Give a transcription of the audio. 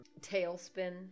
Tailspin